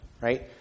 right